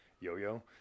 Yo-Yo